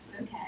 Okay